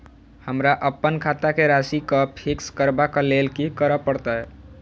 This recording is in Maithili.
हमरा अप्पन खाता केँ राशि कऽ फिक्स करबाक लेल की करऽ पड़त?